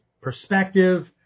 Perspective